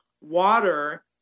water